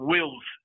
Wills